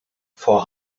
for